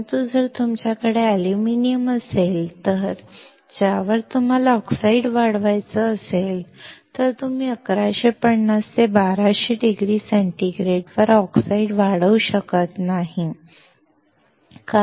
परंतु जर तुमच्याकडे अल्युमिनियम असेल ज्यावर तुम्हाला ऑक्साइड वाढवायचा असेल तर तुम्ही 1150 किंवा 1200 डिग्री सेंटीग्रेडवर ऑक्साईड वाढवू शकत नाही कारण अॅल्युमिनियम वितळेल